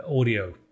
audio